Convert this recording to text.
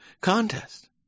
contest